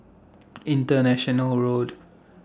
International Road